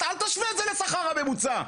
אל תשווה את זה לשכר הממוצע,